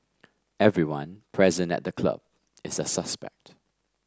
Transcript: everyone present at the club is a suspect